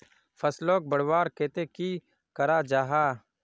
फसलोक बढ़वार केते की करा जाहा?